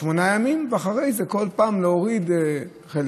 שמונה ימים, ואחרי זה כל פעם להוריד חלק.